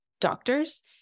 doctors